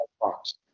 box